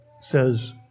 says